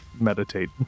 meditate